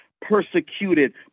Persecuted